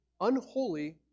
unholy